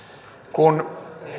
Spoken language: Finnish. kun